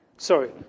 Sorry